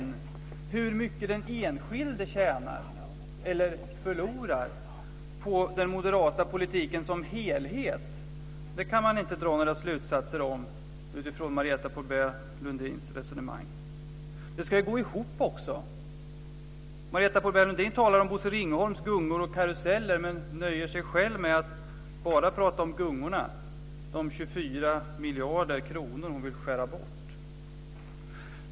Men hur mycket den enskilde tjänar eller förlorar på den moderata politiken som helhet kan man inte dra några slutsatser om utifrån Marietta de Pourbaix-Lundins resonemang. Det ska ju gå ihop också. Ringholms gungor och karuseller men nöjer sig själv med att bara tala om gungorna, de 24 miljarder kronor som hon vill skära bort.